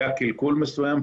היה קלקול מסוים,